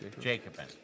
Jacobin